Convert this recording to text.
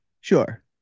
Sure